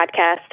podcast